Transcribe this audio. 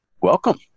welcome